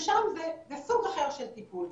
ששם זה סוג אחר של טיפול,